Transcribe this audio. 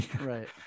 right